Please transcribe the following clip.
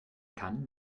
kann